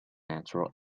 natural